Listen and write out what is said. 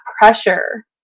pressure